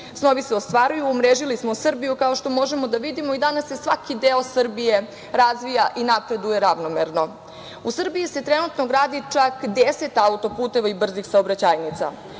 se ostvaruju, umrežili smo Srbiju kao što možemo da vidimo i danas se svaki deo Srbije razvija i napreduje ravnomerno. U Srbiji se trenutno gradi čak 10 autoputeva i brzi saobraćajnica.